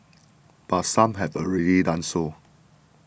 but some have already done so